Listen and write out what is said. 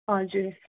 हजुर